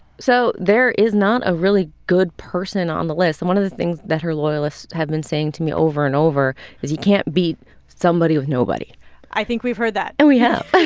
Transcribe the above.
so there is not a really good person on the list. and one of the things that her loyalists have been saying to me over and over is you can't beat somebody with nobody i think we've heard that and we have